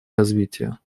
развития